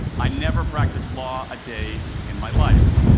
i never practiced law a day in my life.